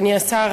אדוני השר,